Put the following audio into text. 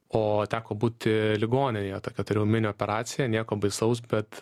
oo teko būti ligoninėje tokia turėjau mini operaciją nieko baisaus bet